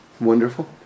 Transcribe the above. wonderful